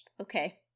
Okay